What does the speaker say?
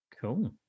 Cool